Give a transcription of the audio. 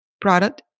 product